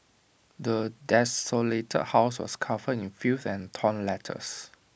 the desolated house was covered in filth and torn letters